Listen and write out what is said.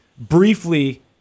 briefly